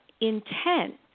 intent